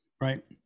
right